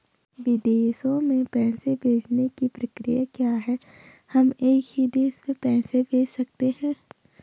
विदेशों में पैसे भेजने की प्रक्रिया क्या है हम एक ही दिन में पैसे भेज सकते हैं?